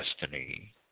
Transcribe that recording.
destiny